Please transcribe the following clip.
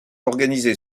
organisée